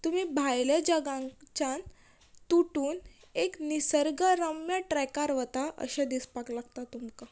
तुमी भायले जगांकच्यान तुटून एक निसर्गरम्य ट्रॅकार वता अशें दिसपाक लागता तुमकां